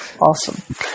Awesome